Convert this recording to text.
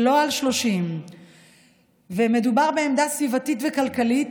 לא על 30%. מדובר בעמדה סביבתית וכלכלית